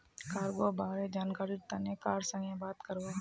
cargo बारे जानकरीर तने कार संगे बात करवा हबे